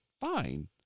fine